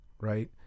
right